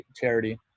charity